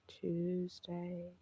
tuesday